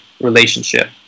relationship